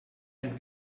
ein